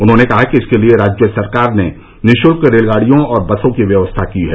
उन्होंने कहा कि इसके लिए राज्य सरकार ने निःशुल्क रेलगाड़ियों और बसों की व्यवस्था की है